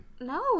No